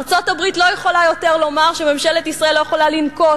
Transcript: ארצות-הברית לא יכולה יותר לומר שממשלת ישראל לא יכולה לנקוט